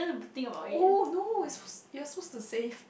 oh no it's you are supposed to say